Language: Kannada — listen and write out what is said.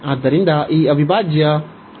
ಆದ್ದರಿಂದ ಈ ಅವಿಭಾಜ್ಯ ಇದು ಭಿನ್ನವಾಗಿರುತ್ತದೆ